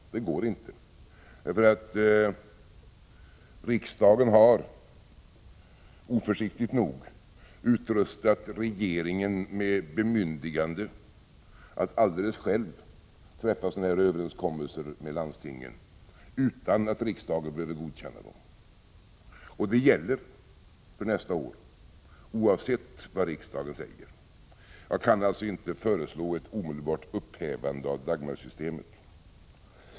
1986/87:24 Det går inte, därför att riksdagen har — oförsiktigt nog — utrustat regeringen 12 november 1986 med bemyndigande att alldeles själv träffa sådana här överenskommelser = Jm... sa med landstingen, utan att riksdagen behöver godkänna dem. Och detta gäller för nästa år oavsett vad riksdagen säger. Jag kan alltså inte föreslå ett omedelbart upphävande av Dagmarsystemet.